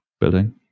building